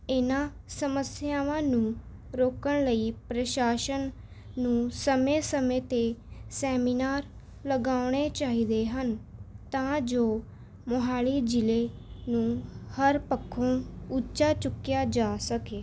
ਇਹਨਾਂ ਸਮੱਸਿਆਵਾਂ ਨੂੰ ਰੋਕਣ ਲਈ ਪ੍ਰਸ਼ਾਸਨ ਨੂੰ ਸਮੇਂ ਸਮੇਂ 'ਤੇ ਸੈਮੀਨਾਰ ਲਗਾਉਣੇ ਚਾਹੀਦੇ ਹਨ ਤਾਂ ਜੋ ਮੋਹਾਲੀ ਜ਼ਿਲ੍ਹੇ ਨੂੰ ਹਰ ਪੱਖੋਂ ਉੱਚਾ ਚੁੱਕਿਆ ਜਾ ਸਕੇ